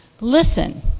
listen